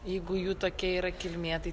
jeigu jų tokia yra kilmė tai